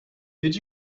did